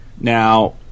Now